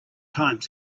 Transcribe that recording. time